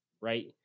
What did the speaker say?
right